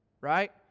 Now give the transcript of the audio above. Right